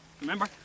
Remember